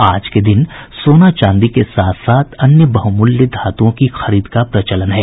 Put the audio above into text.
आज के दिन सोना चांदी के साथ साथ अन्य बहुमूल्य धातुओं की खरीद का प्रचलन है